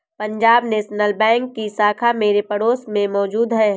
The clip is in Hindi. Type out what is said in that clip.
पंजाब नेशनल बैंक की शाखा मेरे पड़ोस में मौजूद है